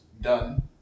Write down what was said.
done